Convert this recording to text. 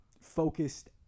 focused